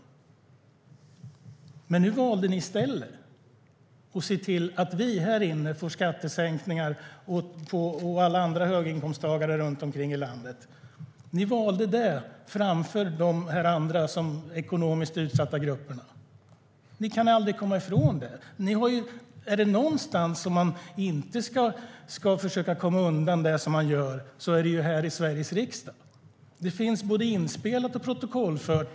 STYLEREF Kantrubrik \* MERGEFORMAT Hälsovård, sjukvård och social omsorgÄr det någonstans som man inte ska försöka komma undan det som man gör är det här i Sveriges riksdag. Det finns både inspelat och protokollfört.